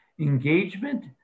engagement